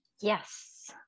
Yes